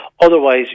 Otherwise